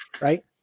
right